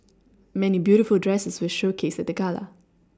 many beautiful dresses were showcased at the gala